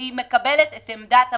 שהיא מקבלת את עמדת הממשלה.